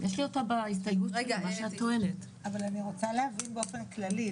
להבין באופן כללי.